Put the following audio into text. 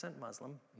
Muslim